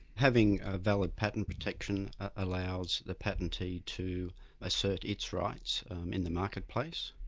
having ah valid patent protection allows the patentee to assert its rights in the marketplace.